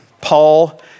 Paul